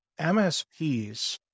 MSPs